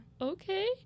okay